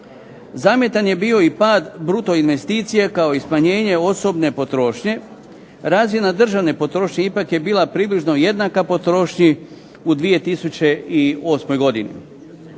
Zamjetan je bio pad bruto investicija kao i smanjenje osobne potrošnje. Razina državne potrošnje ipak je bila približno jednaka potrošnji u 2008. godini.